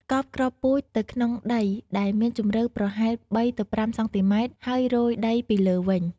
កប់គ្រាប់ពូជទៅក្នុងដីដែលមានជម្រៅប្រហែល ៣ ទៅ ៥ សង់ទីម៉ែត្រ ហើយរោយដីពីលើវិញ។